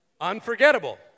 Unforgettable